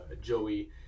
Joey